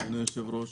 אדוני היושב-ראש,